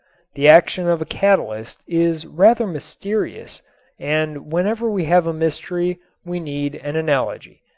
the action of a catalyst is rather mysterious and whenever we have a mystery we need an analogy.